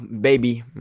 baby